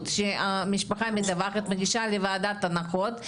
שהמשפחה מדווחת ונשאר לוועדת הנחות,